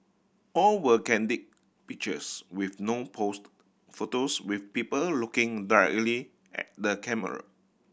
all were candid pictures with no posed photos with people looking directly at the camera